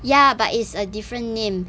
ya but it's a different name